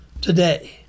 today